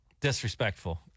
disrespectful